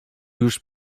już